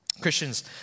Christians